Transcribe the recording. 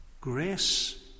Grace